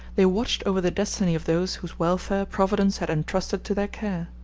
they watched over the destiny of those whose welfare providence had entrusted to their care.